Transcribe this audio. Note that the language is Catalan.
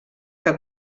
que